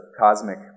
cosmic